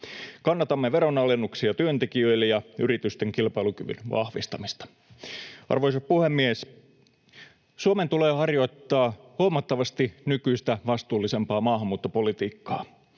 Kannatamme veronalennuksia työntekijöille ja yritysten kilpailukyvyn vahvistamista. Arvoisa puhemies! Suomen tulee harjoittaa huomattavasti nykyistä vastuullisempaa maahanmuuttopolitiikkaa.